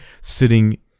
sitting